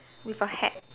with a hat